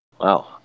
Wow